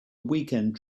weekend